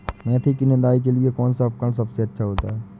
मेथी की निदाई के लिए कौन सा उपकरण सबसे अच्छा होता है?